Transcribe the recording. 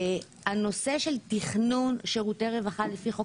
הנושא של תכנון שירותי רווחה לפי חוק